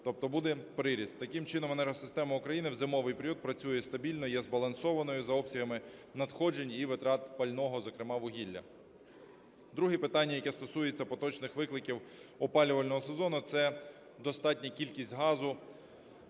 тобто буде приріст. Таким чином, енергосистема України в зимовий період працює стабільно, є збалансованою за обсягами надходжень і витрат пального, зокрема, вугілля. Друге питання, яке стосується поточних викликів опалювального сезону, – це достатня кількість газу.